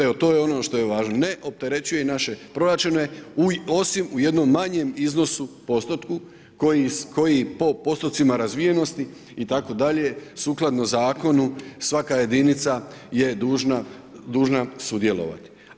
Evo to je ono što je važno, ne opterećuje naše proračune osim u jednom manjem iznosu, postotku koji po postotcima razvijenosti itd. sukladno zakonu svaka jedinica je dužna sudjelovati.